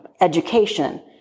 education